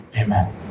Amen